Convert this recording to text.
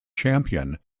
champion